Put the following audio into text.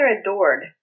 adored